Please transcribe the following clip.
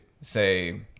say